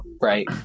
right